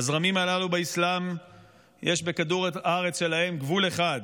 בזרמים הללו באסלאם יש בכדור הארץ שלהם גבול אחד.